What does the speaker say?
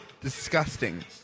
Disgusting